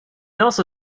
also